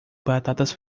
batatas